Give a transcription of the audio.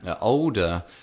older